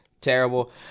terrible